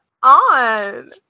On